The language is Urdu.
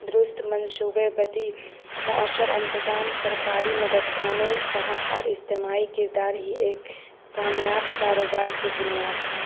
درست منصوبہ بندی موثر انتظام سرکاری مدد قانون فہم اور اجتماعی کردار ہی ایک کامیاب کاروبار کی بنیاد ہے